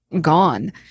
gone